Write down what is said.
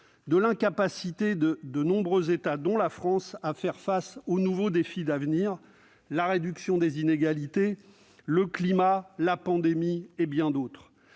de l'incapacité de nombreux États, dont la France, à faire face aux nouveaux défis d'avenir : la réduction des inégalités, le climat, la pandémie ...- il y en a bien d'autres.